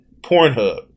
Pornhub